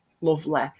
lovely